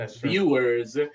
viewers